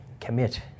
Commit